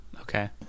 Okay